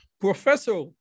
Professor